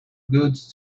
goods